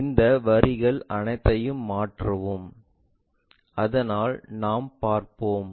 இந்த வரிகள் அனைத்தையும் மாற்றவும் அதனால் நாம் பார்ப்போம்